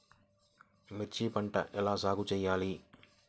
మిర్చి పంట ఎలా సాగు చేయాలి?